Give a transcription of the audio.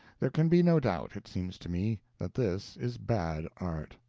there can be no doubt, it seems to me, that this is bad art.